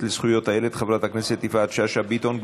לזכויות הילד חברת הכנסת יפעת שאשא ביטון.